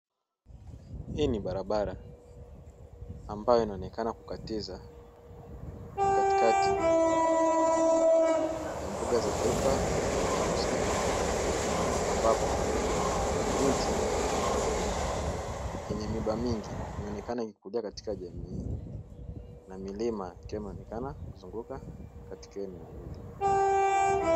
Hii ni barabara ambayo inaonekana kukatiza katikati ya mbuga za taifa au mistuni, ambapo miti yenye miba mingi inaonekana ikikua katika jamii hii na milima ikiwa inaonekana kuzunguka katika eneo hili.